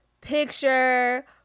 picture